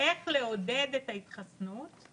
איך לעודד את ההתחסנות,